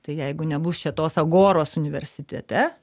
tai jeigu nebus čia tos agoros universitete